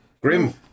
Grim